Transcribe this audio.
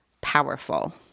powerful